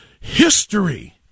history